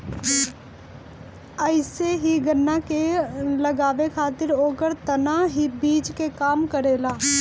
अइसे ही गन्ना के लगावे खातिर ओकर तना ही बीज के काम करेला